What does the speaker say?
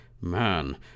Man